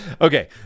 Okay